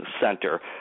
center